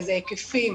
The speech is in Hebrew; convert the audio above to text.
באיזה היקפים,